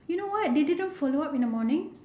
you know what they didn't follow up in the morning